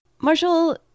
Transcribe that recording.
Marshall